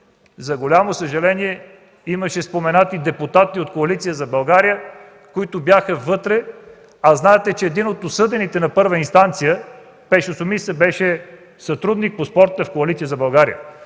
за голямо съжаление, имаше споменати депутати от Коалиция за България, които бяха вътре. Знаете, че един от осъдените на първа инстанция – Пешо Сумиста, беше сътрудник в Коалиция за България.